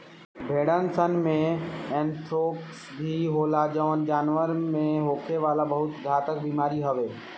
भेड़सन में एंथ्रेक्स भी होला जवन जानवर में होखे वाला बहुत घातक बेमारी हवे